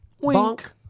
Wink